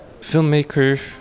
filmmaker